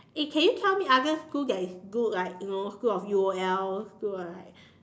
eh can you tell me other school that is good like you know school of U_O_L school of